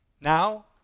Now